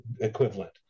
equivalent